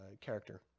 character